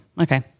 Okay